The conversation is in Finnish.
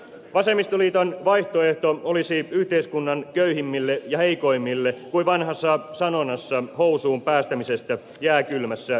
vasemmistoliiton vaihtoehto olisi yhteiskunnan köyhimmille ja heikoimmille kuin vanhassa sanonnassa housuun päästämisestä jääkylmässä pakkassäässä